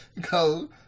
Go